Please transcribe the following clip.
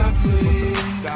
please